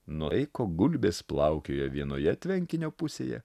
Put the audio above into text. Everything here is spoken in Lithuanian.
nuo aiko gulbės plaukioja vienoje tvenkinio pusėje